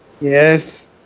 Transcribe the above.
Yes